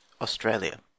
Australia